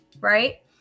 right